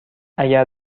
اگر